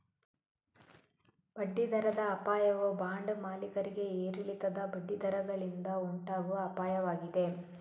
ಬಡ್ಡಿ ದರದ ಅಪಾಯವು ಬಾಂಡ್ ಮಾಲೀಕರಿಗೆ ಏರಿಳಿತದ ಬಡ್ಡಿ ದರಗಳಿಂದ ಉಂಟಾಗುವ ಅಪಾಯವಾಗಿದೆ